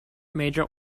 major